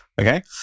Okay